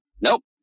nope